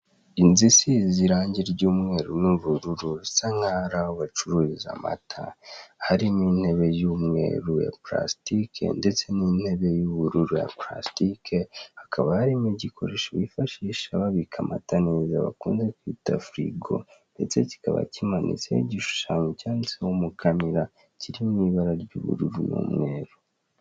Inzu isize irangi ry'umweru n'ubururu bisa nk'aho ari aho bacururiza amata, harimo intebe y'umweru ya purasitike ndetse n'intebe y'ubururu ya purasitike, hakaba harimo igikoresho bifashisha babika amata neza bakunze kwita firigo, ndetse kikaba kimanitseho igishushanyo cyanditseho mukamira kiri mu ibara ry'ubururu n'umweru.